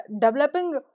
developing